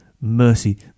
mercy